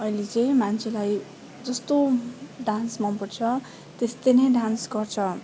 अहिले चाहिँ मान्छेलाई जस्तो डान्स ममपर्छ तेस्तो नै डान्स गर्छ